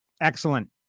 Excellent